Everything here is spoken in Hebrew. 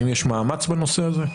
האם יש מאמץ בנושא הזה?